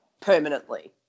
Permanently